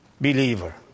believer